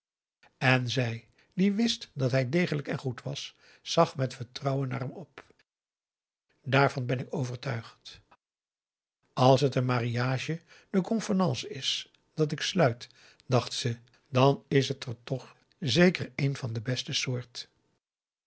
en zij die wist dat hij degelijk en goed was zag met vertrouwen naar hem op daarvan ben ik overtuigd als het een m a r i a g e d e c o n v e n a n c e is dat ik sluit p a daum de van der lindens c s onder ps maurits dacht ze dan is het er toch zeker een van de beste soort